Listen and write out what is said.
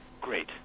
Great